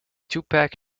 tupac